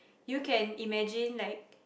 you can imagine like